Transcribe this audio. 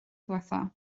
ddiwethaf